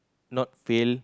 not fail